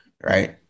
right